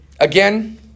again